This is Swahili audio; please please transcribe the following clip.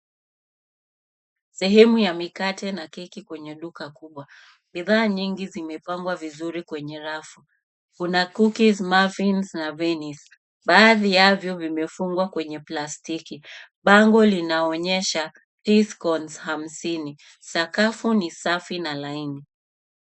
Sehemu ya mikate na keki kwenye duka kubwa, bidhaa nyingi zimepangwa vizuri kwenye rafu. Kuna cookies , muffins na viennes , baadhi yao vimefungwa kwenye plastiki, bango linaonyesha tea-scones hamsini. Sakafu ni safi na laini.